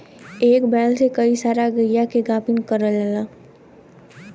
एक बैल से कई सारा गइया के गाभिन करल जाला